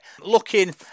Looking